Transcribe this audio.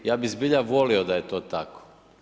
Ja bih zbilja volio da je to tako.